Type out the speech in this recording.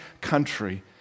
country